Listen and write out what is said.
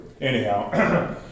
Anyhow